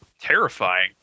Terrifying